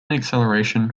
acceleration